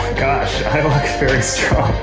gosh. i look very strong.